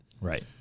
Right